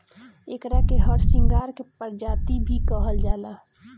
एकरा के हरसिंगार के प्रजाति भी कहल जाला